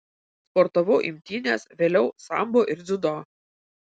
sportavau imtynes vėliau sambo ir dziudo